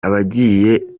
abagiye